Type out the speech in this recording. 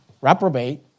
reprobate